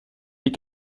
les